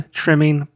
trimming